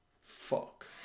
Fuck